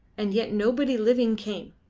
and yet nobody living came,